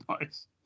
nice